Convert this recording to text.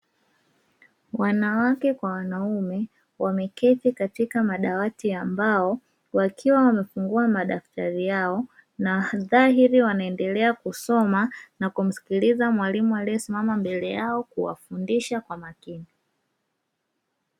Wanawake kwa wanaume wameketi katika madawati ya mbao, wakiwa wamefungua madaftari yao na dhahiri wanaendelea kusoma na kumsikiliza mwalimu aliyesimama mbele yao na kumsikiliza kwa makini.